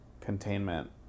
containment